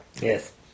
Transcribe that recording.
Yes